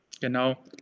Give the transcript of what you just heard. genau